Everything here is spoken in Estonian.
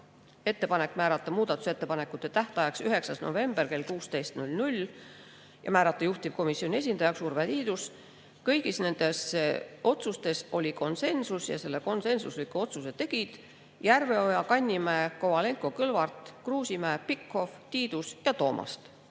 ettepanek määrata muudatusettepanekute tähtajaks 9. november kell 16 ja juhtivkomisjoni esindajaks Urve Tiidus. Kõigis nendes otsustes oli konsensus ning need konsensuslikud otsused tegid Järveoja, Kannimäe, Kovalenko-Kõlvart, Kruusimäe, Pikhof, Tiidus ja Toomast.